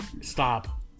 Stop